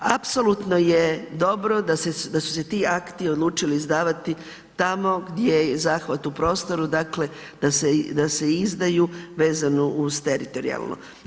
Apsolutno je dobro da su se ti akti odlučili izdavati tamo gdje je zahvat u prostoru, dakle da se izdaju vezano uz teritorijalno.